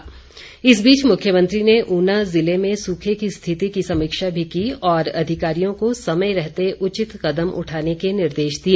बैठक मुख्यमंत्री इस बीच मुख्यमंत्री ने ऊना ज़िले में सूखे की स्थिति की समीक्षा भी की और अधिकारियों को समय रहते उचित कदम उठाने के निर्देश दिए